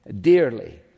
dearly